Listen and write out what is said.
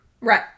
Right